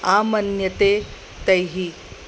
आमन्यते तैः